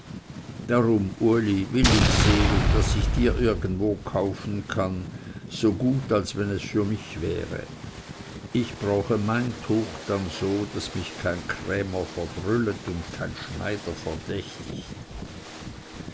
darum uli will ich sehen daß ich dir irgendwo kaufen kann so gut als wenn es für mich wäre ich brauche mein tuch dann so daß mich kein krämer verbrüllet und kein schneider verdächtigt